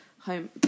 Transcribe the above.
home